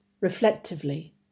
reflectively